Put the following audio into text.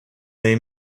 they